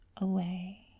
away